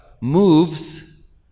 moves